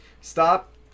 Stop